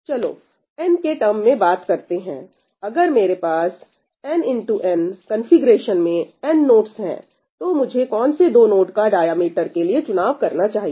चलो n के term में बात करते हैंअगर मेरे पास n X n कंफीग्रेशन में n नोडस है तो मुझे कौन से दो नोड का डायमीटर के लिए चुनाव करना चाहिए